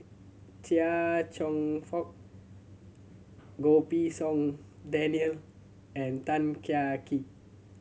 Chia Cheong Fook Goh Pei Siong Daniel and Tan Kah Kee